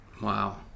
Wow